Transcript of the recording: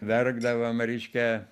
verkdavom reiškia